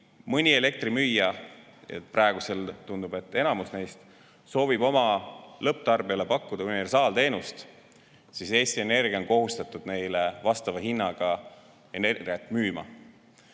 mõni elektrimüüja soovib – praegu tundub, et soovib enamus neist – oma lõpptarbijale pakkuda universaalteenust, siis Eesti Energia on kohustatud neile vastava hinnaga energiat müüma.